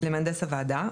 למהנדס הוועדה,